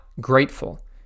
grateful